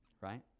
Right